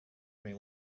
may